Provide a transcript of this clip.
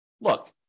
look